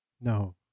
No